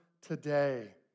today